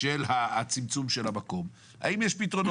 של הצמצום של המקום האם יש פתרונות?